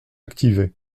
activé